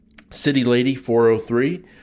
CityLady403